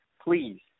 please